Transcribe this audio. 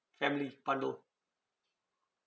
family bundle